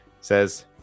says